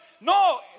No